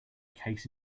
case